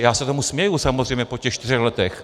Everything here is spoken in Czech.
Já se tomu směju samozřejmě po těch čtyřech letech.